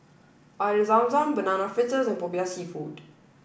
Air Zam Zam Banana Fritters and Popiah Seafood